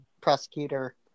prosecutor